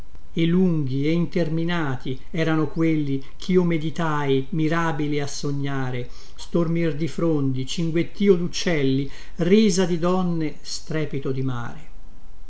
e lunghi e interminati erano quelli chio meditai mirabili a sognare stormir di frondi cinguettio duccelli risa di donne strepito di mare